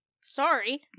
Sorry